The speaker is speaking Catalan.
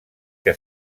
que